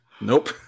nope